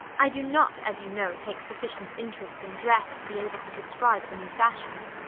i do not, as you know, take sufficient interest in dress to be able to describe the new fashions.